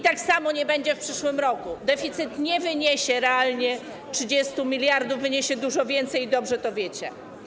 Tak samo będzie w przyszłym roku, deficyt nie wyniesie realnie 30 mld, wyniesie dużo więcej, i dobrze to wiecie.